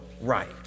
right